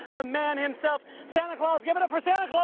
the man himself, santa claus. give it up for santa